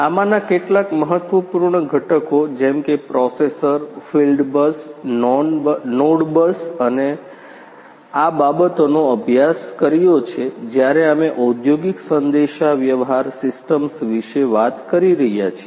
આમાંના કેટલાક મહત્વપૂર્ણ ઘટકો જેમ કે processor field bus node bus તમે આ બાબતોનો અભ્યાસ કર્યો છે જ્યારે અમે ઔદ્યોગિક સંદેશાવ્યવહાર સિસ્ટમ્સ વિશે વાત કરી રહ્યા છીએ